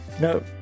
No